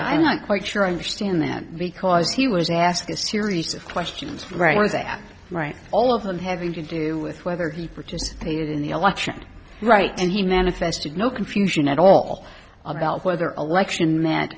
i'm not quite sure i understand then because he was asked a series of questions right ones a right all of them having to do with whether he participated in the election right and he manifested no confusion at all about whether all election